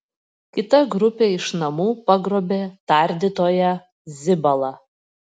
kita grupė iš namų pagrobė tardytoją zibalą